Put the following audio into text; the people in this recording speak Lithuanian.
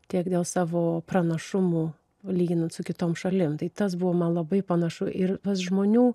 tiek dėl savo pranašumų lyginant su kitom šalim tai tas buvo man labai panašu ir pats žmonių